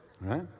right